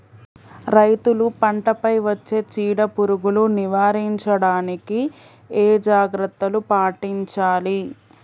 రైతులు పంట పై వచ్చే చీడ పురుగులు నివారించడానికి ఏ జాగ్రత్తలు పాటించాలి?